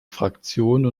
fraktion